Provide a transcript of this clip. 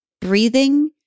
breathing